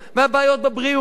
והבעיות בבריאות,